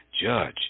Judge